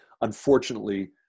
unfortunately